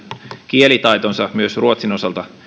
kielitaitonsa myös ruotsin osalta